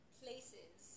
places